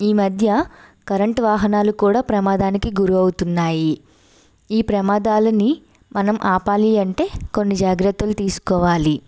ఈమధ్య కరెంటు వాహనాలు కూడా ప్రమాదానికి గురి అవుతున్నాయి ఈ ప్రమాదాలని మనం ఆపాలి అంటే కొన్ని జాగ్రత్తలు తీసుకోవాలి